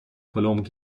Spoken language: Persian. کلمب